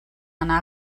anar